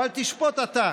אבל תשפוט אתה,